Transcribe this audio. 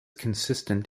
consistent